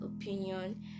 opinion